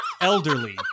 elderly